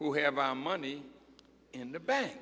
ho have money in the bank